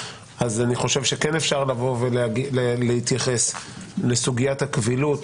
אז אני חושב שכן אפשר לבוא ולהתייחס לסוגיית הקבילות